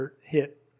hit